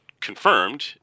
confirmed